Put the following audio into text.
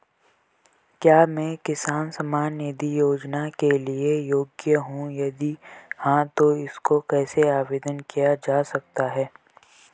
क्या मैं किसान सम्मान निधि योजना के लिए योग्य हूँ यदि हाँ तो इसको कैसे आवेदन किया जा सकता है?